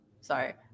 Sorry